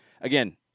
Again